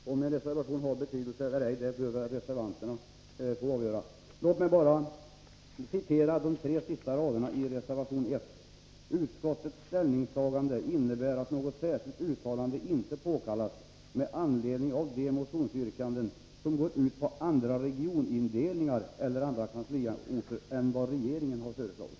Herr talman! Om reservation har någon betydelse eller ej får väl reservanterna avgöra. Låt mig bara citera de tre sista raderna i reservation 1: ”Utskottets ställningstagande innebär att något särskilt uttalande inte påkallas med anledning av de motionsyrkanden som går ut på andra regionindelningar eller andra kansliorter än vad regeringen föreslagit.”